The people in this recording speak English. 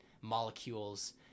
molecules